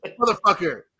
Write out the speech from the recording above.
motherfucker